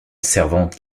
servante